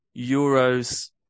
euros